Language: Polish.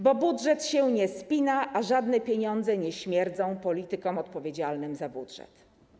Bo budżet się nie spina, a żadne pieniądze nie śmierdzą politykom odpowiedzialnym za budżet.